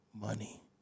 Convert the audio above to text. money